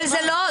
אבל זה לא.